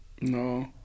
No